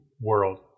world